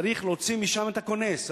צריך להוציא משם את הכונס.